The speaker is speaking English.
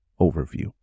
overview